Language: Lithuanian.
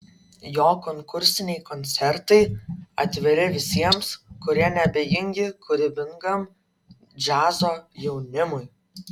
jo konkursiniai koncertai atviri visiems kurie neabejingi kūrybingam džiazo jaunimui